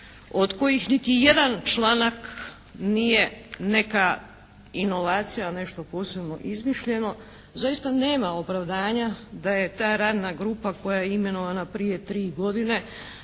od kojih niti jedan članak nije neka inovacija, nešto posebno izmišljeno zaista nema opravdavanja da je ta radna grupa koja je imenovana prije tri godine